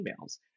emails